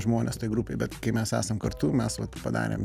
žmonės toj grupėj bet kai mes esam kartu mes padarėm